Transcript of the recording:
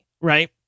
right